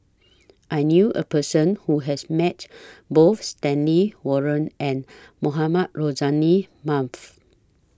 I knew A Person Who has Met Both Stanley Warren and Mohamed Rozani